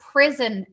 Prison